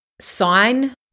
sign